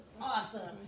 awesome